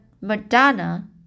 Madonna